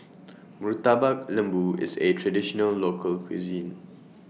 Murtabak Lembu IS A Traditional Local Cuisine